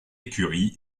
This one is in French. écurie